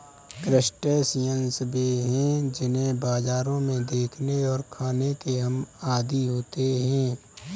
crustaceans वे हैं जिन्हें बाजारों में देखने और खाने के हम आदी होते हैं